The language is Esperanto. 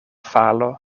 falo